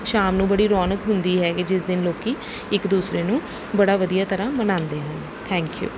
ਸ਼ਾਮ ਨੂੰ ਬੜੀ ਰੌਣਕ ਹੁੰਦੀ ਹੈ ਜਿਸ ਦਿਨ ਲੋਕ ਇੱਕ ਦੂਸਰੇ ਨੂੰ ਬੜਾ ਵਧੀਆ ਤਰ੍ਹਾਂ ਮਨਾਂਦੇ ਹਨ ਥੈਂਕ ਯੂ